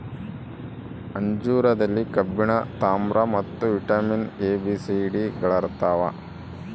ಅಂಜೂರದಲ್ಲಿ ಕಬ್ಬಿಣ ತಾಮ್ರ ಮತ್ತು vitamin A B C D ಗಳಿರ್ತಾವ